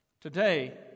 Today